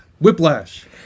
Whiplash